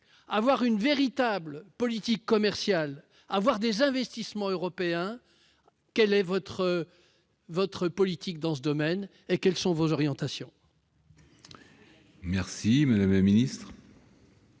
oeuvre une véritable politique commerciale et des investissements européens. Quelle est votre politique dans ce domaine et quelles sont vos orientations ? La parole est